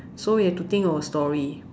so we have to think of a story